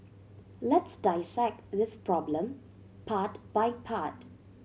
let's dissect this problem part by part